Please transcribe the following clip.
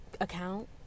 account